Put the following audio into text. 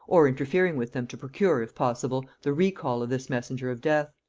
or interfering with them to procure, if possible, the recall of this messenger of death.